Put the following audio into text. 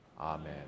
amen